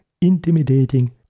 intimidating